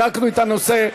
בדקנו את הנושא.